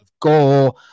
gore